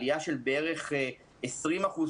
עלייה של בערך 20%-30%,